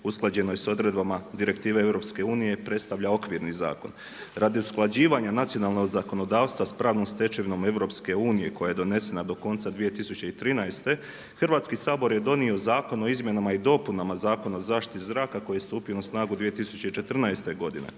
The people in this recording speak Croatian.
usklađenoj sa odredbama Direktive EU predstavlja okvirni zakon. Radi usklađivanja nacionalnog zakonodavstva s pravnom stečevinom EU koja je donesena do konca 2013. Hrvatski sabor je donio Zakon o izmjenama i dopunama Zakona o zaštiti zraka koji je stupio na snagu 2014. godine.